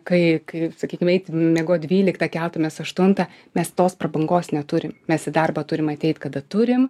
kai kai sakykim eit miegot dvyliktą keltumės aštuntą mes tos prabangos neturim mes į darbą turim ateit kada turim